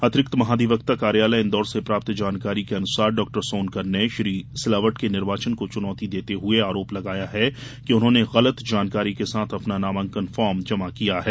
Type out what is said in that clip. अतिरिक्त महाधिवक्ता कार्यालय इंदौर से प्राप्त जानकारी के अनुसार डॉ सोनकर ने श्री सिलावट के निर्वाचन को चुनौती देते हुये आरोप लगाया है कि उन्होंने गलत जानकारी के साथ अपना नामांकन फार्म जमा किया है